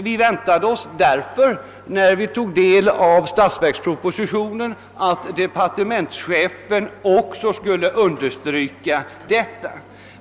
Vi väntade oss att departementschefen i statsverkspropositionen också skulle ha understrukit vikten härav.